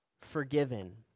forgiven